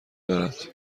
دارد